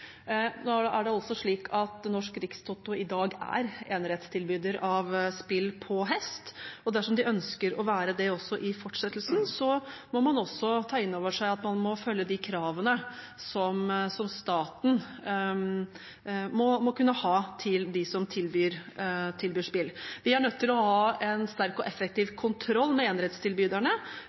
på hest, og dersom de ønsker å være det også i fortsettelsen, må man ta inn over seg at man må følge de kravene staten må kunne ha til dem som tilbyr spill. Vi er nødt til å ha en sterk og effektiv kontroll med